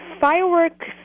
fireworks